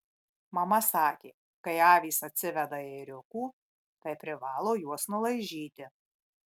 mama sakė kai avys atsiveda ėriukų tai privalo juos nulaižyti